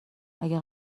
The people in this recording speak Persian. اگر